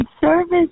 service